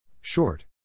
Short